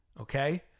Okay